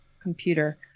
computer